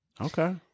Okay